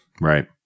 Right